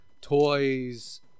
toys